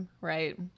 right